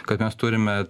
kad mes turime